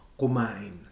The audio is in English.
kumain